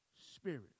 Spirit